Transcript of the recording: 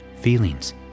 feelings